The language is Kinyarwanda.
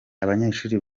abanyeshuri